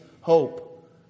hope